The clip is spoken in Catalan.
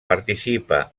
participa